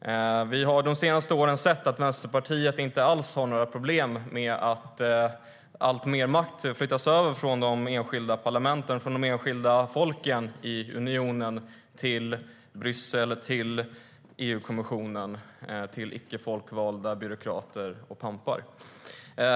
Vi har de senaste åren sett att Vänsterpartiet inte alls har några problem med att alltmer makt flyttas över från parlamenten och de enskilda folken i unionen till Bryssel och EU-kommissionen - till icke folkvalda byråkrater och pampar.